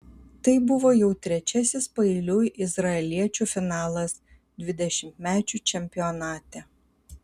tai buvo jau trečiasis paeiliui izraeliečių finalas dvidešimtmečių čempionate